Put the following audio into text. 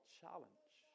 challenge